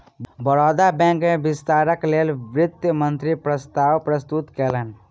Baroda bank में विस्तारक लेल वित्त मंत्री प्रस्ताव प्रस्तुत कयलैन